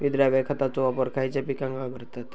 विद्राव्य खताचो वापर खयच्या पिकांका करतत?